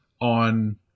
on